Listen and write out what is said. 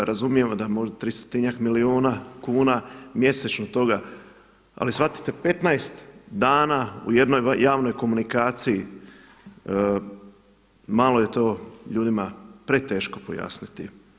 Razumijemo da tristotinjak milijuna kuna mjesečno toga, ali shvatite 15 dana u jednoj javnoj komunikaciji, malo je to ljudima preteško pojasniti.